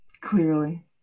clearly